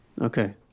Okay